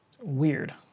weird